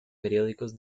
periódicos